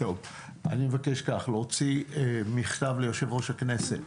אני מבקש להוציא מכתב ליושב-ראש הכנסת,